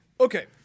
Okay